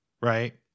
right